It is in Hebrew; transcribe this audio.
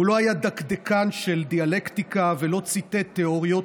הוא לא היה דקדקן של דיאלקטיקה ולא ציטט תיאוריות.